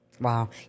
Wow